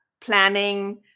planning